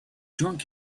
drunk